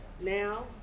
Now